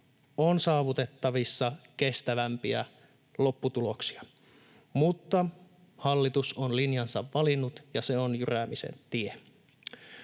on saavutettavissa kestävämpiä lopputuloksia, mutta hallitus on linjansa valinnut, ja se on jyräämisen tie.